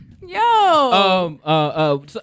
Yo